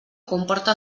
comporta